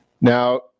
Now